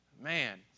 Man